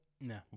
no